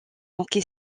manqué